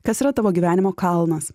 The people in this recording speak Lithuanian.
kas yra tavo gyvenimo kalnas